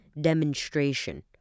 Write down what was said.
demonstration